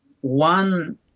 one